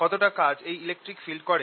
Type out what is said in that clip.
কতটা কাজ এই ইলেকট্রিক ফিল্ড করে